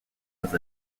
was